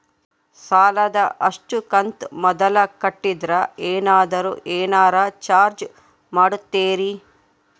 ಸಾಲದ ಅಷ್ಟು ಕಂತು ಮೊದಲ ಕಟ್ಟಿದ್ರ ಏನಾದರೂ ಏನರ ಚಾರ್ಜ್ ಮಾಡುತ್ತೇರಿ?